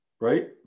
right